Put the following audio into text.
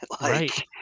Right